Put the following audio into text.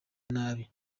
nabi